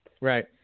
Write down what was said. Right